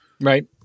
Right